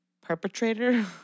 perpetrator